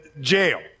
jail